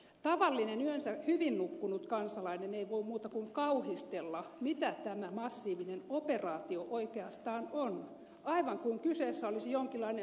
tavallinen yönsä hyvin nukkunut kansalainen ei voi muuta kuin kauhistella mitä tämä massiivinen operaatio oikeastaan on aivan kuin kyseessä olisi jonkinlainen sotilasoperaatio